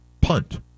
punt